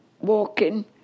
walking